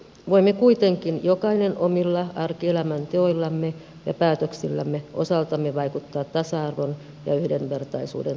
voimme kuitenkin jokainen omilla arkielämän teoillamme ja päätöksillämme osaltamme vaikuttaa tasa arvon ja yhdenvertaisuuden toteutumiseen